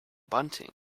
bunting